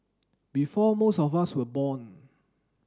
before most of us were born